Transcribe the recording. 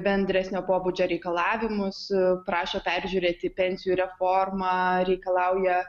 bendresnio pobūdžio reikalavimus prašo peržiūrėti pensijų reformą reikalauja